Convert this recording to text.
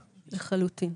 לחלוטין.